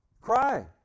Cry